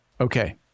Okay